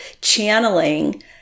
channeling